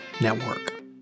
Network